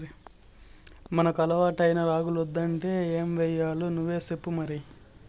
మనకు అలవాటైన రాగులొద్దంటే ఏమయ్యాలో నువ్వే సెప్పు మరి